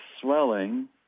swelling